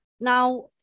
Now